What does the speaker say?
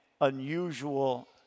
unusual